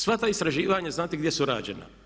Sva ta istraživanja znate gdje su rađena?